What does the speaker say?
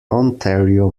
ontario